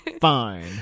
fine